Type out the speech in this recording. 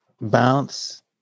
bounce